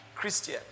Christian